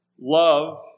love